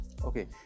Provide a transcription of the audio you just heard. okay